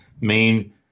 main